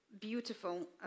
beautiful